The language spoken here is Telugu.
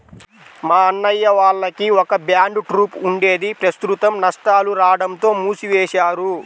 మా అన్నయ్య వాళ్లకి ఒక బ్యాండ్ ట్రూప్ ఉండేది ప్రస్తుతం నష్టాలు రాడంతో మూసివేశారు